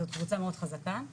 זאת קבוצה מאוד חזקה,